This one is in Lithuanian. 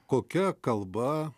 kokia kalba